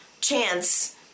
Chance